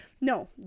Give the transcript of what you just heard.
no